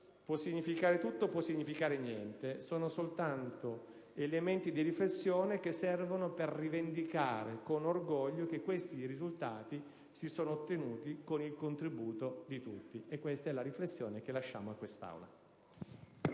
può significare tutto e può significare niente: sono soltanto elementi di riflessione che servono per rivendicare, con orgoglio, che questi risultati si sono ottenuti con il contributo di tutti. Questa, in conclusione, è la riflessione che lasciamo a questa Aula.